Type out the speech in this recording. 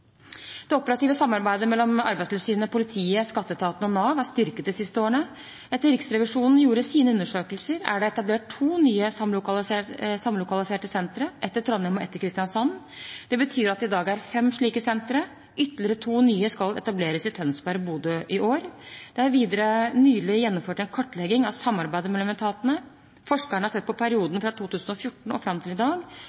Det operative samarbeidet mellom Arbeidstilsynet, politiet, skatteetaten og Nav er styrket de siste årene. Etter at Riksrevisjonen gjorde sine undersøkelser, er det etablert to nye samlokaliserte sentre, ett i Trondheim og ett i Kristiansand, og det betyr at det i dag er fem slike sentre. Ytterligere to nye skal etableres i år, i Tønsberg og i Bodø. Det er videre nylig gjennomført en kartlegging av samarbeidet mellom etatene. Forskerne har sett på